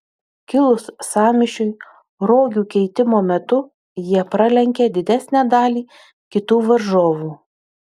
kilus sąmyšiui rogių keitimo metu jie pralenkė didesnę dalį kitų varžovų